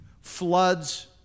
floods